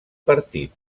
partit